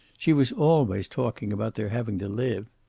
she was always talking about their having to live.